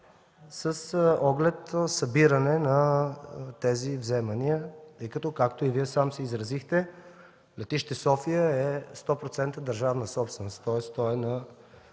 с оглед събиране на тези вземания, тъй като, както и Вие сам се изразихте, летище София е 100% държавна собственост. Тоест то е на